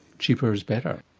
cheaper is better?